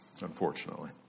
unfortunately